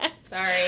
Sorry